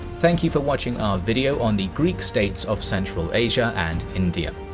thank you for watching our video on the greek states of central asia and india.